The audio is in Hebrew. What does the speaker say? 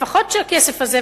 לפחות שהכסף הזה,